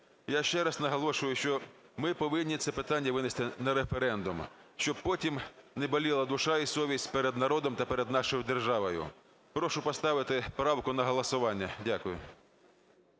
Я ще раз наголошую, що ми повинні це питання винести на референдум, щоб потім не боліла душа і совість перед народом та перед нашою державою. Прошу поставити правку на голосування. Дякую.